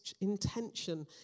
intention